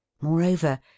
moreover